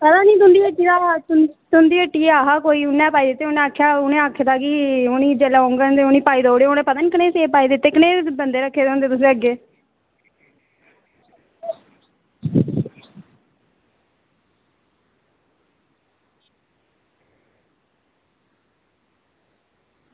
ओह् तुंदी हट्टिया ऐहा कोई उन्ने पाई दित्ते उन्ने आक्खेआ हा की भई होरें आक्खे दा कि जेल्लै मंग्गन उनें गी पाई देई ओड़ेओ उनें पता निं कनेह् सेव पाई दित्ते कनेह् बंदे रक्खे दे होंदे तुसें अग्गै